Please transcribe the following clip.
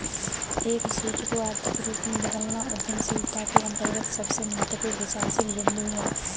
एक सोच को आर्थिक रूप में बदलना उद्यमशीलता के अंतर्गत सबसे महत्वपूर्ण विचारशील बिन्दु हैं